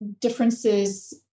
differences